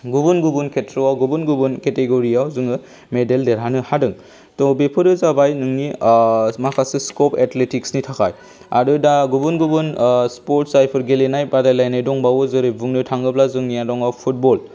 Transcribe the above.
गुबुन गुबुन खेत्र'आव गुबुन गुबुन केटेग'रियाव जोङो मेडेल देरहानो हादों त' बेफोरो जाबाय नोंनि माखासे स्क'प एथलेटिक्सनि थाखाय आरो दा गुबुन गुबुन स्प'र्टस जायफोर गेलेनाय बादायलायनाय दंबावो जेरै बुंनो थाङोब्ला जोंनिया दङ फुटबल